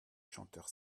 chanteurs